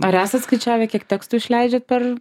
ar esat skaičiavę kiek tekstų išleidžiat per